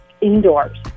indoors